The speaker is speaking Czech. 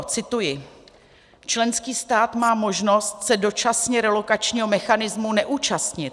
Cituji: Členský stát má možnost se dočasně relokačního mechanismu neúčastnit.